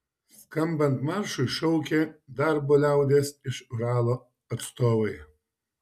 skambant maršui šaukė darbo liaudies iš uralo atstovai